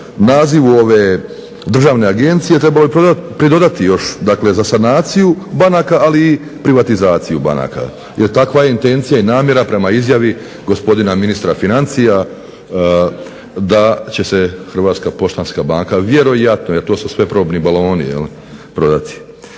nazivu ove državne agencije trebalo pridodati još dakle za sanaciju banaka ali i privatizaciju banaka jer takva je intencija i namjera prema izjavi gospodina ministra financija da će se Hrvatska poštanska banka vjerojatno jer to su sve probni baloni, prodati.